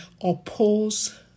oppose